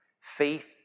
faith